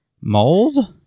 Mold